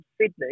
Sydney